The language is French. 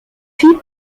fille